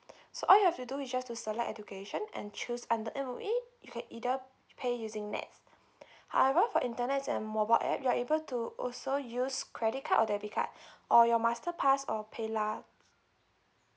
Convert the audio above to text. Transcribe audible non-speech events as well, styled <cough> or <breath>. <breath> so all you have to do is just to select education and choose under M_O_E you can either pay using nets <breath> however for internet and mobile app you are able to also use credit card or debit card <breath> or your masterpass or paylah